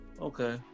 okay